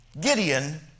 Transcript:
Gideon